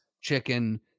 chicken